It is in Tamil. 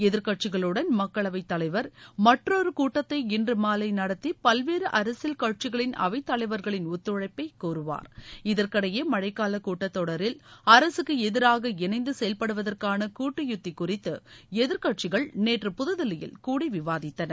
எதிர்க்கட்சிகளுடன் மக்களவை தலைவர் மற்றொரு கூட்டத்தை இன்று மாலை நடத்தி பல்வேறு அரசியல் கட்சிகளின் அவைத் தலைவர்களின் ஒத்துழைப்பை கோருவார் இதற்கிடையே மழைக்கால கூட்டத்தொடரில் அரசுக்கு எதிராக இணைந்து செயல்படுவதற்கான கூட்டு யுத்தி குறித்து எதிர்க்கட்சிகள் நேற்று புதுதில்லியில் கூடி விவாதித்தன